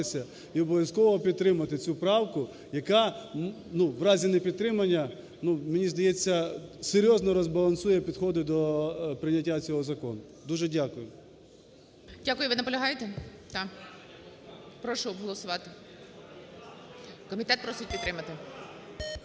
і обов'язково підтримати цю правку, яка в разі непідтримання, мені здається, серйозно розбалансує підходи до прийняття цього закону. Дуже дякую. ГОЛОВУЮЧИЙ. Дякую. Ви наполягаєте? Да. Прошу голосувати. Комітет просить підтримати.